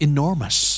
Enormous